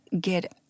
get